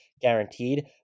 guaranteed